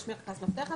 יש מרכז מפתח,